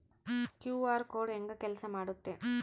QR code ಹೆಂಗ ಕೆಲಸ ಮಾಡುತ್ತೆ?